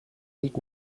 niet